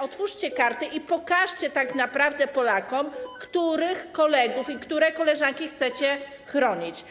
otwórzcie karty i pokażcie tak naprawdę Polakom, których kolegów i które koleżanki chcecie chronić.